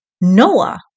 Noah